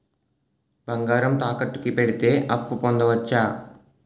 బంగారం తాకట్టు కి పెడితే అప్పు పొందవచ్చ?